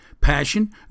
passion